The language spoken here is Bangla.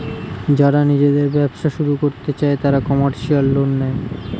যারা নিজেদের ব্যবসা শুরু করতে চায় তারা কমার্শিয়াল লোন নেয়